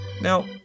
Now